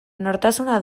nortasuna